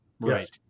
right